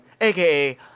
aka